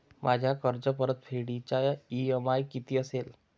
माझ्या कर्जपरतफेडीचा इ.एम.आय किती असेल?